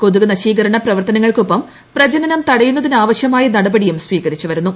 കൊതുക് നശീകരണ പ്രവർത്തനങ്ങൾക്കൊപ്പം പ്രജനനം തടയുന്നതിന് ആവശ്യമായ നടപടിയും സ്വീകരിച്ച് വരുന്നു